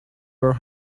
were